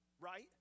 right